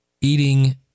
eating